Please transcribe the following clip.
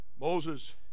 Moses